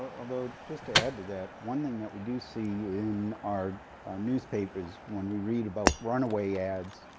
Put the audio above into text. although just to add to that, one thing that we do see in our newspapers when we read about runaway ads,